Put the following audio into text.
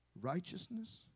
Righteousness